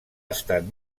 estat